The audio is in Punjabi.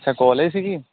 ਅੱਛਾ ਕੋਲੇਜ ਸੀਗੀ